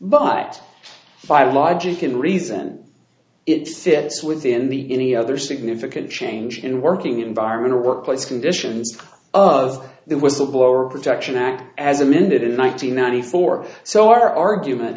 but five logic and reason it fits within the any other significant change in working environment or workplace conditions of the whistleblower protection act as amended in one nine hundred ninety four so our argument